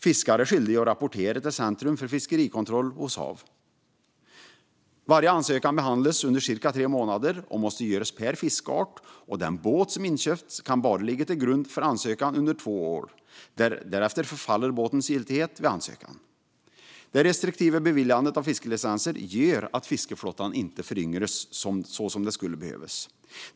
Fiskare är skyldiga att rapportera till Centrum för fiskerikontroll hos HaV. Varje ansökan behandlas under cirka tre månader och måste göras per fiskart. Och den båt som inköpts kan bara ligga till grund för ansökan under två år. Därefter förfaller båtens giltighet vid ansökan. Det restriktiva beviljandet av fiskelicenser gör att fiskeflottan inte föryngras så som skulle behövas.